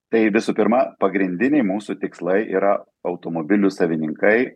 tai visų pirma pagrindiniai mūsų tikslai yra automobilių savininkai